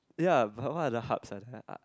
ya but what other hubs are there